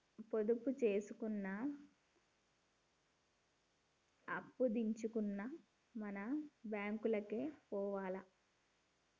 పొదుపు జేసుకున్నా, అప్పుదెచ్చుకున్నా మన బాంకులకే పోవాల